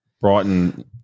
Brighton